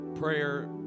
prayer